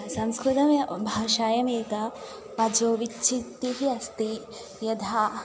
संस्कृतं व भाषायाम् एका वचोविच्छित्तिः अस्ति यथा